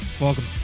welcome